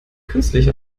künstlich